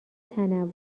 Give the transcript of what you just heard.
تنوع